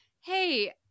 Hey